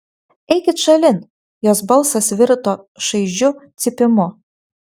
eikit šalin jos balsas virto šaižiu cypimu